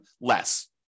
less